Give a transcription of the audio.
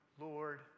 Lord